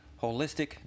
holistic